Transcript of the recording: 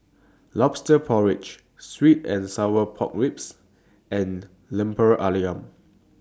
Lobster Porridge Sweet and Sour Pork Ribs and Lemper Ayam